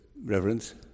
reverence